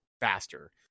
faster